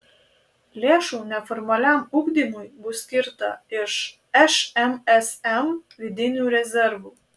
lėšų neformaliajam ugdymui bus skirta iš šmsm vidinių rezervų